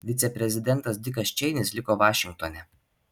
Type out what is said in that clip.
viceprezidentas dikas čeinis liko vašingtone